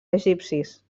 egipcis